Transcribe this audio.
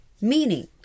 meaning